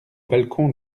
balcon